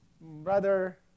Brother